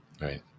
Right